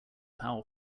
power